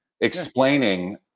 explaining